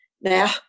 Now